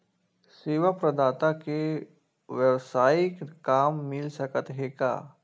सेवा प्रदाता के वेवसायिक काम मिल सकत हे का?